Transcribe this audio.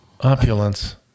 Opulence